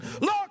lord